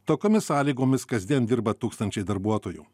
tokiomis sąlygomis kasdien dirba tūkstančiai darbuotojų